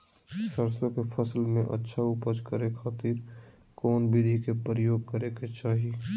सरसों के फसल में अच्छा उपज करे खातिर कौन विधि के प्रयोग करे के चाही?